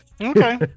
Okay